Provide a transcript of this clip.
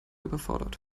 überfordert